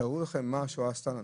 תארו לכם מה השואה עשתה לנו.